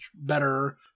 better